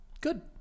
Good